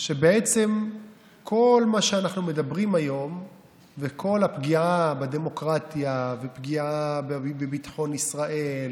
שכל מה שאנחנו מדברים היום וכל הפגיעה בדמוקרטיה והפגיעה בביטחון ישראל